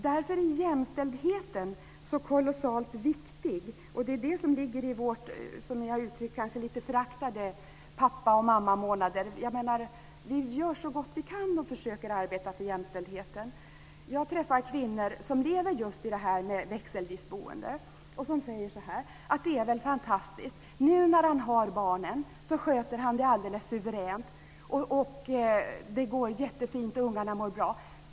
Därför är jämställdheten så kolossalt viktig. Det ligger i de kanske lite föraktade uttrycken pappa och mammamånaderna. Vi gör så gott vi kan och försöker arbeta för jämställdheten. Jag träffar kvinnor som lever just i detta med växelvis boende. De säger att det är fantastiskt. Nu när mannen har barnen sköter han det alldeles suveränt. Det går jättefint, och ungarna mår bra.